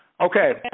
Okay